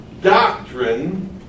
doctrine